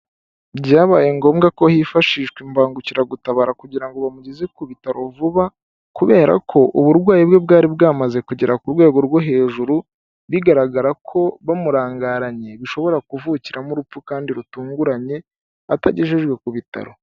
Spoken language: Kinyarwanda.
Byabaye ngombwa ko hifashishwa imbangukiragutabara kugira ngo bamugeze ku bitaro vuba, kubera ko uburwayi bwe bwari bwamaze kugera ku rwego rwo hejuru, bigaragara ko bamurangaranye bishobora kuvukiramo urupfu kandi rutunguranye atagejejwe ku bitaro.